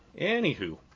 anywho